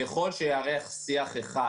ככל שייערך שיח אחד,